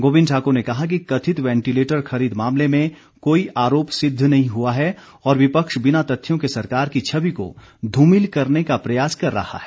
गोविंद ठाक्र ने कहा कि कथित वेंटिलेटर खरीद मामले में कोई आरोप सिद्ध नहीं हुआ है और विपक्ष बिना तथ्यों के सरकार की छवि को धूमिल करने का प्रयास कर रहा है